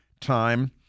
Time